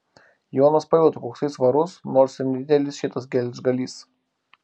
jonas pajuto koksai svarus nors ir nedidelis šitas geležgalys